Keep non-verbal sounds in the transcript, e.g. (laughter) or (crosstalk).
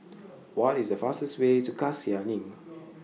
(noise) What IS The fastest Way to Cassia LINK